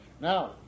Now